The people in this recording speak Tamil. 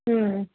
ம்